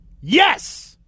Yes